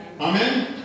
Amen